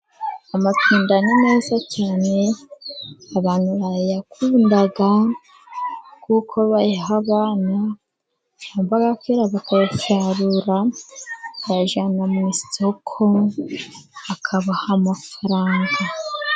Amatunda ni meza cyane, abantu barayakunda, kuko bayaha abana; cyangwa akera bakayasarura, bakayajyana mu isoko bakabaha amafaranga.